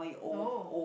no